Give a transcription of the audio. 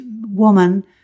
woman